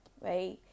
right